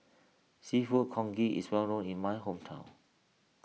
Seafood Congee is well known in my hometown